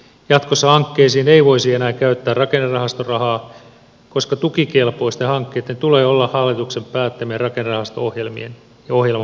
jatkossa hankkeisiin ei voisi enää käyttää rakennerahastorahaa koska tukikelpoisten hankkeitten tulee olla hallituksen päättämän rakennerahasto ohjelman mukaisia